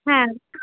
হ্যাঁ